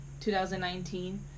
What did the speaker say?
2019